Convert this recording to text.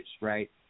right